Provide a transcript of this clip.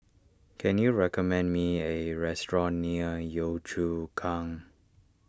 can you recommend me A restaurant near Yio Chu Kang